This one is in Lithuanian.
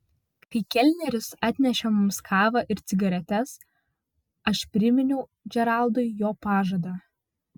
kai kelneris atnešė mums kavą ir cigaretes aš priminiau džeraldui jo pažadą